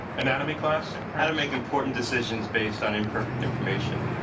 anatomy class? i had to make important decisions based on imperfect information.